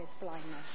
blindness